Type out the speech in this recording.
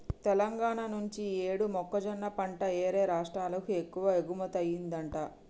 తెలంగాణా నుంచి యీ యేడు మొక్కజొన్న పంట యేరే రాష్టాలకు ఎక్కువగా ఎగుమతయ్యిందంట